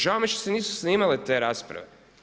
Žao mi je što se nisu snimale te rasprave.